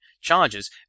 charges